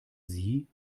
sie